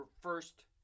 first